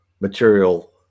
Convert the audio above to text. material